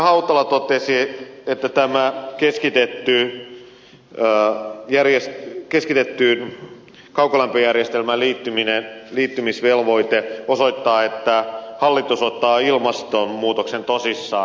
hautala totesi että tämä on keskitettyä ja järjesti keskitettyyn kaukolämpöjärjestelmään liittymisvelvoite osoittaa että hallitus ottaa ilmastonmuutoksen tosissaan